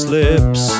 lips